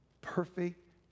perfect